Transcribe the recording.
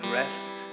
rest